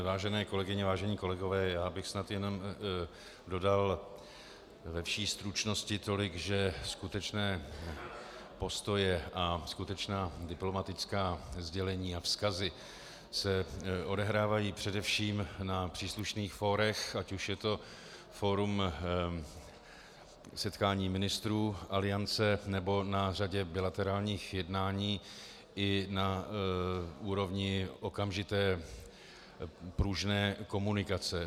Vážené kolegyně, vážení kolegové, já bych snad jenom dodal ve vší stručnosti tolik, že skutečné postoje a skutečná diplomatická sdělení a vzkazy se odehrávají především na příslušných fórech, ať už je to fórum setkání ministrů Aliance, nebo na řadě bilaterálních jednání i na úrovni okamžité pružné komunikace.